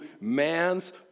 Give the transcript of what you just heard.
man's